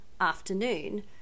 afternoon